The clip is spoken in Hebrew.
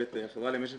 ואת החברה למשק